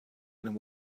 and